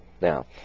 now